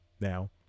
now